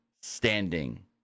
standing